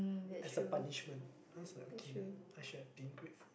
as a punishment then I was like okay I should have been grateful